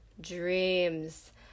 dreams